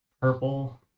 purple